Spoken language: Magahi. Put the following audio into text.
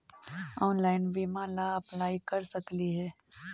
ऑनलाइन बीमा ला अप्लाई कर सकली हे?